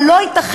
אבל לא ייתכן,